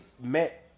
met